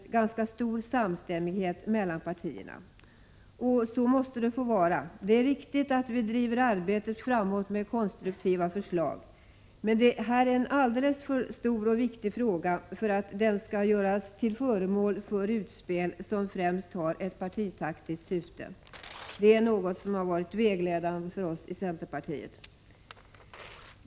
1986/87:109 samstämmighet mellan partierna — och så måste det få vara. Det är riktigt att 23 april 1987 vi driver arbetet framåt med konstruktiva förslag, men det är en alldeles för stor och viktig fråga för att den skall göras till föremål för utspel som främst har ett partitaktiskt syfte — det är något som har varit vägledande för oss i centerpartiet.